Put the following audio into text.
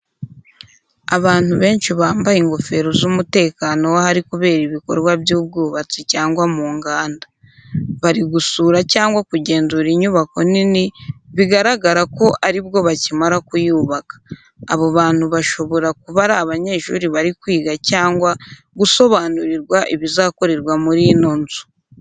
Abantu benshi bambaye ingofero z’umutekano w'ahari kubera ibikorwa by'ubwubatsi cyangwa mu nganda. Bari gusura cyangwa kugenzura inyubako nini, bigaragara ko ari bwo bakimara kuyubaka. Abo bantu bashobora kuba ari abanyeshuri bari kwiga cyangwa gusobanurirwa ibizakorerwa muri ino nzu.